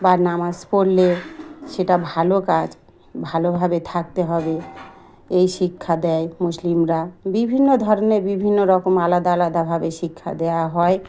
বা নামাজ পড়লেও সেটা ভালো কাজ ভালোভাবে থাকতে হবে এই শিক্ষা দেয় মুসলিমরা বিভিন্ন ধরনের বিভিন্ন রকম আলাদা আলাদাভাবে শিক্ষা দেওয়া হয়